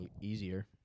easier